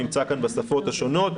נמצא כאן בשפות השונות.